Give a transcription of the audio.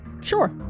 Sure